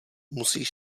musíš